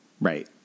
right